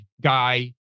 guy